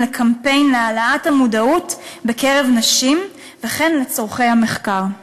לקמפיין העלאת המודעות בקרב נשים וכן לצורכי מחקר.